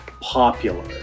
popular